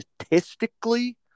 statistically